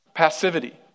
passivity